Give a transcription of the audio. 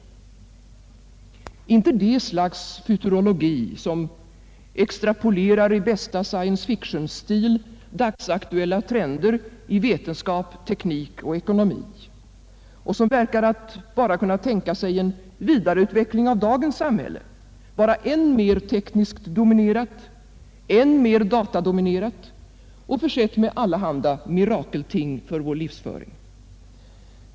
Det skall inte vara det slags futurologi som extrapolerar, i bästa science fiction-stil, dagsaktuella trender i vetenskap, teknik och ekonomi och som verkar att endast kunna tänka sig en vidareutveckling av dagens samhälle, bara än mer tekniskt dominerat, än mer datadominerat och försett med allehanda mirakelting för vår livsföring.